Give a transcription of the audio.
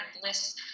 bliss